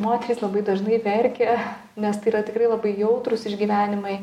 moterys labai dažnai verkia nes tai yra tikrai labai jautrūs išgyvenimai